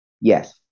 Yes